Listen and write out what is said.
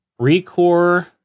ReCore